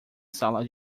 sala